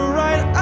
right